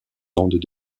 landes